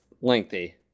lengthy